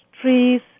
trees